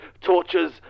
tortures